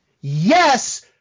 yes